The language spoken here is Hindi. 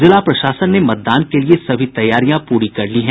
जिला प्रशासन ने मतदान के लिए सभी तैयारियां पूरी कर ली हैं